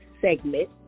segment